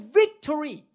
victory